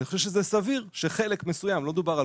אני חושב שזה סביר שחלק מסוים לא דובר על